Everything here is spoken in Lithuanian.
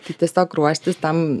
tai tiesiog ruoštis tam